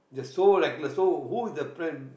they're so like they're so who the p~